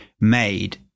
made